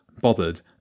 bothered